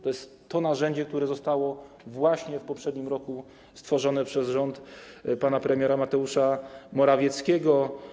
To jest to narzędzie, które zostało w poprzednim roku stworzone przez rząd pana premiera Mateusza Morawieckiego.